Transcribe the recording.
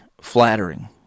flattering